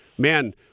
man